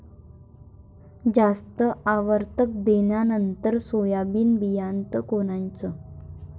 जास्त आवक देणनरं सोयाबीन बियानं कोनचं?